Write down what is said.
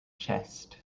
chest